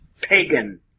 pagan